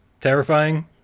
terrifying